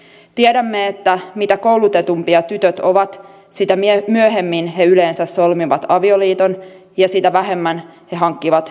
tiedämme että mitä koulutetumpia tytöt ovat sitä myöhemmin he yleensä solmivat avioliiton ja sitä vähemmän he hankkivat lapsia